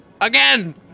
Again